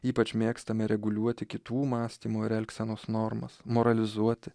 ypač mėgstame reguliuoti kitų mąstymo ir elgsenos normas moralizuoti